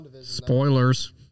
Spoilers